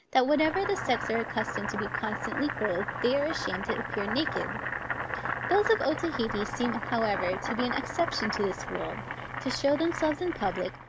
that whatever the sex are accustomed to be constantly clothed, they are ashamed to appear naked those of otaheite seem however to be an exception to this rule to show themselves in public,